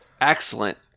Excellent